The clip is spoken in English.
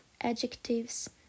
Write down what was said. adjectives